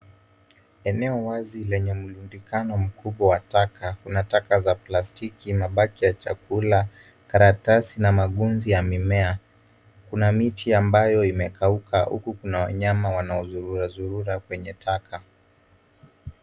Eneo wazi lenye mrundikano mkubwa wa taka. Kuna taka za plastiki, mabaki ya chakula, karatasi na magunzi ya mimea. Kuna miti ambayo imekauka huku kuna wanyama wanaozurura zurura kwenye taka.